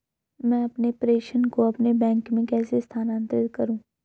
मैं अपने प्रेषण को अपने बैंक में कैसे स्थानांतरित करूँ?